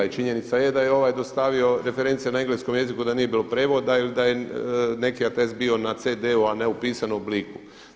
I činjenica je da je ovaj dostavio reference na engleskom jeziku da nije bilo prijevoda ili da je neki atest bio na CD-u, a ne u pisanom obliku.